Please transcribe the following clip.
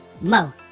mo